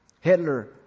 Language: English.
Hitler